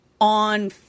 on